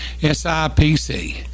SIPC